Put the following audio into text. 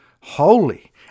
holy